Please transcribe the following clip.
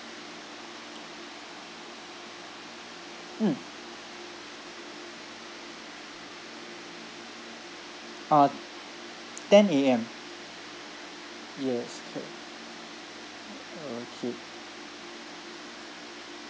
mm uh ten A_M yes correct orh okay